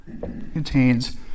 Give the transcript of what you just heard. contains